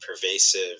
pervasive